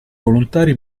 volontari